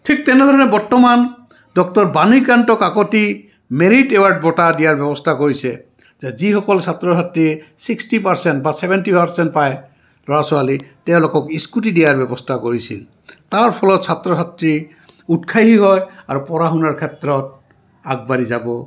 ঠিক তেনেধৰণে বৰ্তমান doctor Banikanta Kakati merit award বঁটা দিয়াৰ ব্যৱস্থা কৰিছে যে যিসকল ছাত্ৰ ছাত্ৰীয়ে ছিক্সটি পাৰ্চেণ্ট বা চেভেণ্টি পাৰ্চেণ্ট পায় ল'ৰা ছোৱালী তেওঁলোকক স্কুটি দিয়াৰ ব্যৱস্থা কৰিছিল তাৰ ফলত ছাত্ৰ ছাত্ৰী উৎসাহী হয় আৰু পঢ়া শুনাৰ ক্ষেত্ৰত আগবাঢ়ি যাব